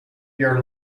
your